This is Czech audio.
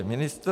ministr?